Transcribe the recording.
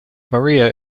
maria